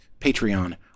Patreon